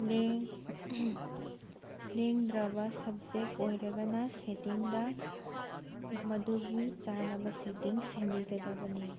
ꯂꯦꯡꯗ꯭ꯔꯥꯕ subject ꯑꯣꯏꯔꯒꯅ ꯁꯦꯠꯇꯤꯡꯗ ꯃꯗꯨꯒꯤ ꯆꯥꯟꯅꯕ ꯁꯦꯠꯇꯤꯡ ꯁꯦꯝꯕꯤꯒꯗꯕꯅꯤ